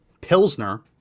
pilsner